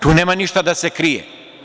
Tu nema ništa da se krije.